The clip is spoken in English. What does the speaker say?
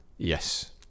Yes